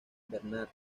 bernard